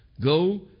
Go